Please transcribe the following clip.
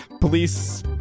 Police